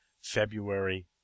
February